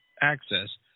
access